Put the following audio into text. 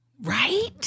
Right